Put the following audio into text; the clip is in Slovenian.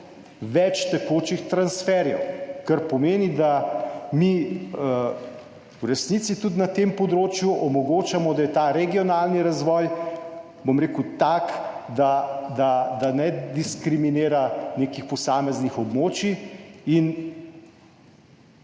več tekočih transferjev, kar pomeni, da mi v resnici tudi na tem področju omogočamo, da je ta regionalni razvoj tak, da ne diskriminira nekih posameznih območij.